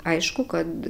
aišku kad